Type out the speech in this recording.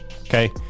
okay